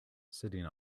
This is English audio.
sitting